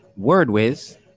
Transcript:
Wordwiz